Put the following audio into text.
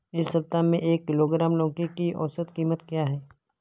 इस सप्ताह में एक किलोग्राम लौकी की औसत कीमत क्या है?